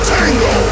Tango